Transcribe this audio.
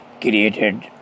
created